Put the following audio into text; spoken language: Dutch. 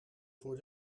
voor